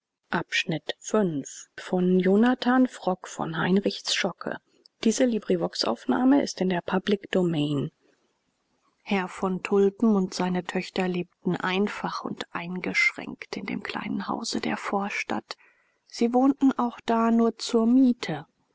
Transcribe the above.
herr von tulpen und seine töchter lebten einfach und eingeschränkt in dem kleinen hause der vorstadt sie wohnten auch da nur zur miete